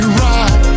right